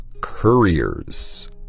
couriers